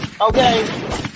Okay